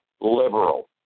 liberal